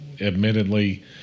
admittedly